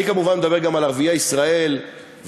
אני כמובן מדבר גם על ערביי ישראל ואני